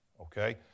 okay